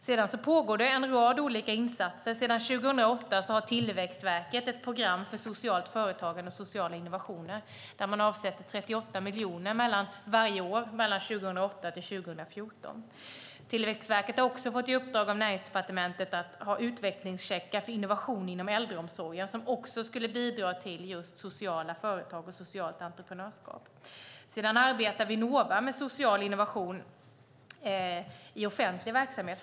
Vidare pågår det en rad olika insatser. Sedan 2008 har Tillväxtverket ett program för socialt företagande och sociala innovationer. Där avsätter man 38 miljoner varje år 2008-2014. Tillväxtverket har också fått i uppdrag av Näringsdepartementet att ha utvecklingscheckar för innovation inom äldreomsorgen. Det ska också bidra till sociala företag och socialt entreprenörskap. Sedan arbetar Vinnova med social innovation framför allt i offentlig verksamhet.